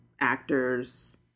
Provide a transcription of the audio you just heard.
actors